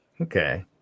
Okay